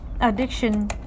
addiction